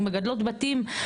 אנחנו מגדלות בתים,